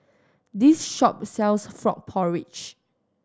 this shop sells frog porridge